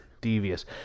Devious